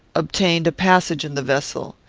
obtained a passage in the vessel.